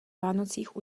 vánocích